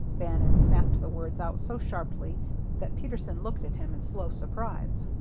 bannon snapped the words out so sharply that peterson looked at him in slow surprise.